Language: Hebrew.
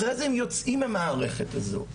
אחרי זה הם יוצאים מהמערכת הזו.